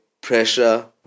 pressure